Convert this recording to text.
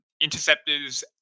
interceptors